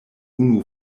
unu